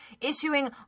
issuing